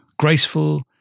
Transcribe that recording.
graceful